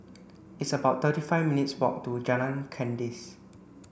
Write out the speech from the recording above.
it's about thirty five minutes' walk to Jalan Kandis